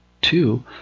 two